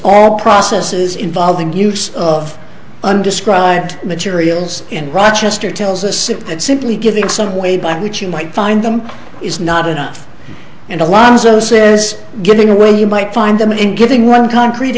all processes involving use of undescribed materials in rochester tells us that simply giving some way by which you might find them is not enough and alonzo says giving away you might find them in giving one concrete